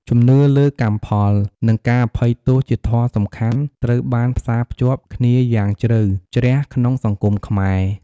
ជំនឿលើកម្មផល និងការអភ័យទោសជាធម៌សំខាន់ត្រូវបានផ្សារភ្ជាប់គ្នាយ៉ាងជ្រៅជ្រះក្នុងសង្គមខ្មែរ។